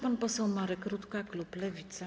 Pan poseł Marek Rutka, klub Lewica.